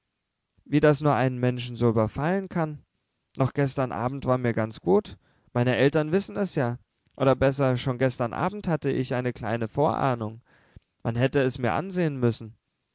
wie das nur einen menschen so überfallen kann noch gestern abend war mir ganz gut meine eltern wissen es ja oder besser schon gestern abend hatte ich eine kleine vorahnung man hätte es mir ansehen müssen